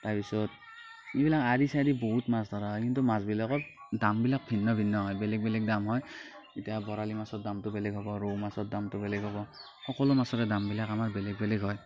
এইবিলাক আঁৰি চাৰি বহুত মাছ ধৰা হয় কিন্তু মাছবিলাকত দামবিলাক ভিন্ন ভিন্ন হয় বেলেগ বেলেগ দাম হয় এতিয়া বৰালি মাছৰ দামটো বেলেগ হ'ব ৰৌ মাছৰ দামটো বেলেগ হ'ব সকলো মাছৰে দামবিলাক আমাৰ বেলেগ বেলেগ হয়